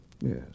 Yes